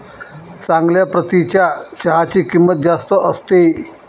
चांगल्या प्रतीच्या चहाची किंमत जास्त असते